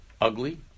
ugly